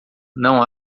não